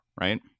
right